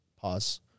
pause